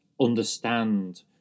understand